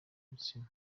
ibitsina